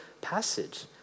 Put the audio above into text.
passage